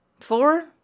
four